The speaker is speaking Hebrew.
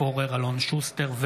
אלון שוסטר,